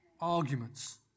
arguments